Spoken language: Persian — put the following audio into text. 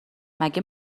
مگه